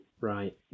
Right